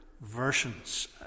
versions